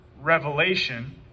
Revelation